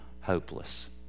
hopeless